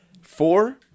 four